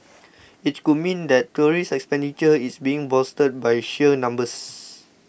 it could mean that tourist expenditure is being bolstered by sheer numbers